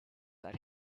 that